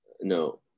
No